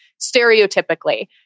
stereotypically